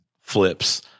flips